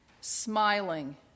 smiling